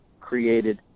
created